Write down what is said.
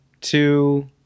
two